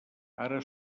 ara